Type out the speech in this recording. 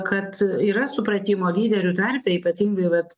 kad yra supratimo lyderių tarpe ypatingai bet